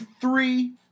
three